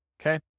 okay